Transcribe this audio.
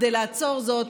כדי לעצור זאת,